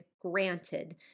granted